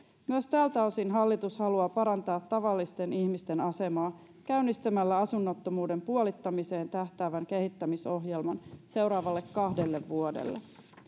myös tältä osin hallitus haluaa parantaa tavallisten ihmisten asemaa käynnistämällä asunnottomuuden puolittamiseen tähtäävän kehittämisohjelman seuraavalle kahdelle vuodelle